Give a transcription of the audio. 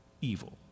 evil